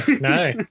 no